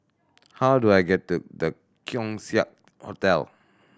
how do I get to The Keong Saik Hotel